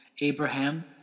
Abraham